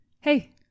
Hey